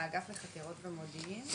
מאגף לחקירות במודיעין,